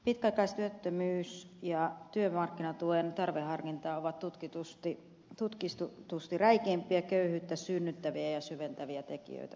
pitkäaikaistyöttömyys ja työmarkkinatuen tarveharkinta ovat tutkitusti räikeimpiä köyhyyttä synnyttäviä ja syventäviä tekijöitä suomessa